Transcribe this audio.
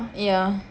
yeah